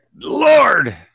Lord